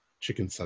Chicken